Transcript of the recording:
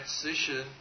transition